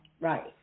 right